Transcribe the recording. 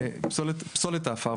פסולת העפר.